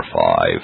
five